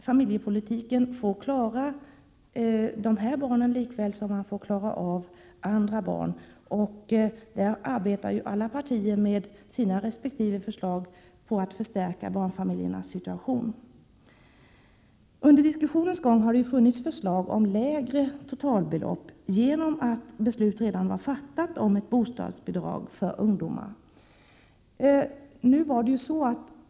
Familjepolitiken får med sina bidrag klara av dessa barn lika väl som den klarar andra barn. Alla partier arbetar ju med sina resp. förslag för att förstärka barnfamiljernas situation. Under diskussionens gång har det kommit upp förslag om lägre totalbelopp genom att beslut redan var fattat om ett bostadsbidrag för ungdomar.